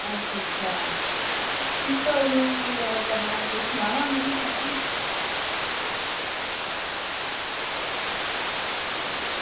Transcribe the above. अच्छा अच्छा भी कदूं गैरा करना तुसें सनाया निं किश